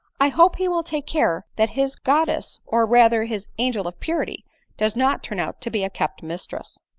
i hope he will take care that his goddess, or rather his angel of purity does not turn out to be a kept mistress.